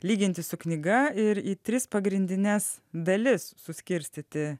lyginti su knyga ir į tris pagrindines dalis suskirstyti